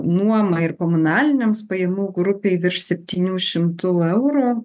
nuomai ir komunaliniams pajamų grupei virš septynių šimtų eurų